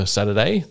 Saturday